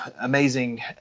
amazing